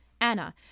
Anna